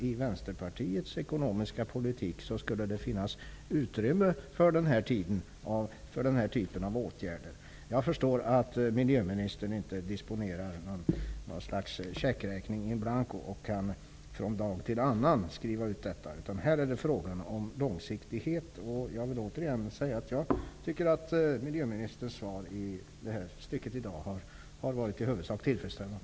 I Vänsterpartiets ekonomiska politik finns det utrymme för den här typen av åtgärder. Jag förstår att miljöministern inte disponerar ett slags checkräkning in blanco för att från dag till annan skriva ut checkar. Nej, här är det fråga om långsiktighet. Miljöministerns svar i det här stycket har i huvudsak varit tillfredsställande.